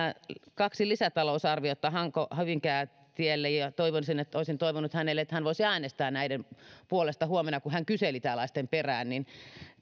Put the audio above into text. kaksi lisätalousarviota hanko hyvinkää tielle ja olisin toivonut että hän voisi äänestää näiden puolesta huomenna kun hän kyseli tällaisten perään